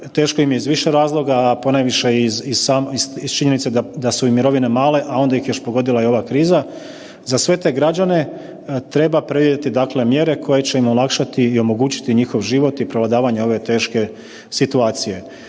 Teško im je iz više razloga, a ponajviše iz činjenice da su im mirovine male, a onda ih je još pogodila i ova kriza. Za sve te građane treba predvidjeti dakle mjere koje će im olakšati i omogućiti njihov život i prevladavanje ove teške situacije.